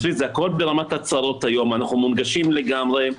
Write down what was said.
זה הכל ברמת הצהרות היום, אנחנו מונגשים לגמרי,